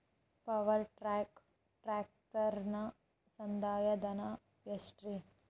Power track ಟ್ರ್ಯಾಕ್ಟರನ ಸಂದಾಯ ಧನ ಎಷ್ಟ್ ರಿ?